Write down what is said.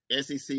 SEC